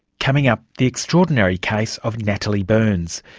coming up, the extraordinary case of natalie byrnes.